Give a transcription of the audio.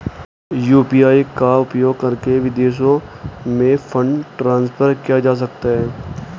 UPI का उपयोग करके विदेशों में फंड ट्रांसफर किया जा सकता है?